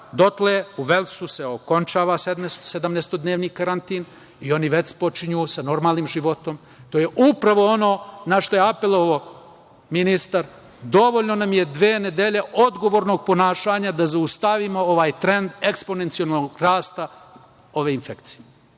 dotle u Velsu se okončava sedamnaestodnevni karantin i oni već počinju sa normalnim životom. To je upravo ono na šta je apelovao ministar, dovoljno nam je dve nedelje odgovornog ponašanja da zaustavimo ovaj trend eksponencionalnog rasta ove infekcije.